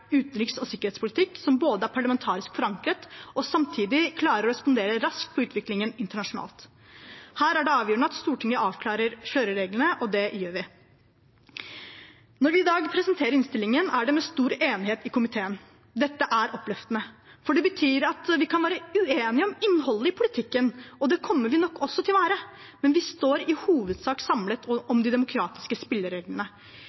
utenriks- og sikkerhetspolitikk som både er parlamentarisk forankret og samtidig klarer å respondere raskt på utviklingen internasjonalt? Her er det avgjørende at Stortinget avklarer kjørereglene, og det gjør vi. Når vi i dag presenterer innstillingen, er det med stor enighet i komiteen. Dette er oppløftende, for det betyr at vi kan være uenige om innholdet i politikken, og det kommer vi nok også til å være, men vi står i hovedsak samlet